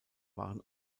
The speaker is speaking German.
waren